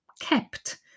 kept